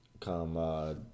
come